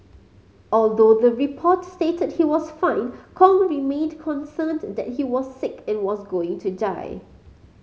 although the report stated he was fine Kong remained concerned that he was sick and was going to die